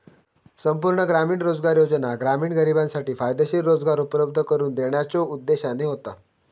संपूर्ण ग्रामीण रोजगार योजना ग्रामीण गरिबांसाठी फायदेशीर रोजगार उपलब्ध करून देण्याच्यो उद्देशाने होता